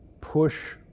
push